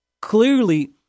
Clearly